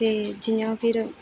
ते जियां फिर